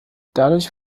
dadurch